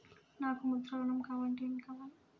నాకు ముద్ర ఋణం కావాలంటే ఏమి కావాలి?